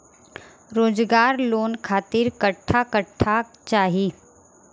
रोजगार लोन खातिर कट्ठा कट्ठा चाहीं?